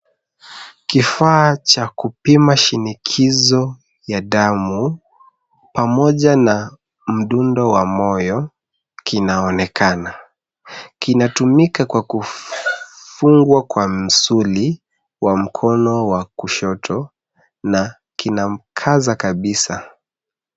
Kifaa cha kupima shinikizo ya damu pamoja na mdundo wa moyo kinaonekana. Kinatumika kwa kufungwa kwa msuli wa mkono wa kushoto na kinamkaza kabisa.